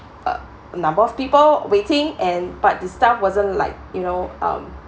uh a number of people waiting and but the staff wasn't like you know um